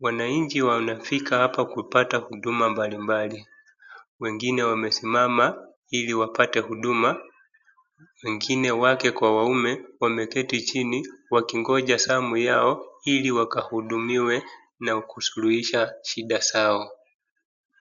wananchi wanafika hapa kupata huduma mbalimbali. Wengine wamesimama ili wapate huduma wengine wake kwa waume wameketi chini wakingoja zamu yao ili wakahudumiwe na kusuluhisha shida zao.